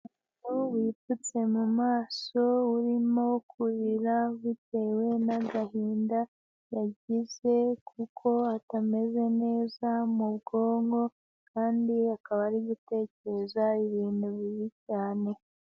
Umuntu wipfutse mu maso urimo kurira bitewe n'agahinda yagize, kuko atameze neza mu bwonko, kandi akaba ari gutekereza ibintu bibi cyane.